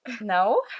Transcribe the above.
No